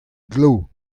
glav